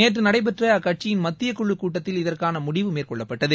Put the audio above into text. நேற்று நடைபெற்ற அக்கட்சியின் மத்திய குழுக் கூட்டத்தில் இதற்கான முடிவு மேற்கொள்ளப்பட்டது